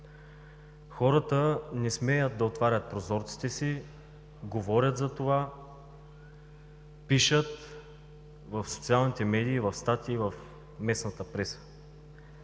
Хората не смеят да отварят прозорците си, говорят за това, пишат в социалните медии, в статии в местната преса.